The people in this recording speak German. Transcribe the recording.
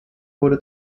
wurde